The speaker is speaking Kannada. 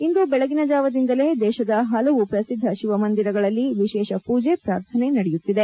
ಇಂದು ಬೆಳಗಿನಜಾವದಿಂದಲೇ ದೇತದ ಹಲವು ಪ್ರಸಿದ್ದ ಶಿವಮಂದಿರಗಳಲ್ಲಿ ವಿಶೇಷ ಪೂಜೆ ಪೂರ್ಥನೆ ನಡೆಯುತ್ತಿದೆ